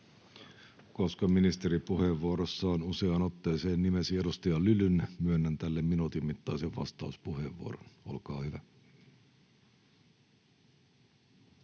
Koska ministeri puheenvuorossaan useaan otteeseen nimesi edustaja Lylyn, myönnän tälle minuutin mittaisen vastauspuheenvuoron. — Olkaa hyvä.